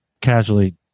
casually